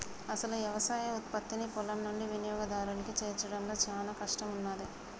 అసలు యవసాయ ఉత్పత్తిని పొలం నుండి వినియోగదారునికి చేర్చడంలో చానా కష్టం ఉన్నాది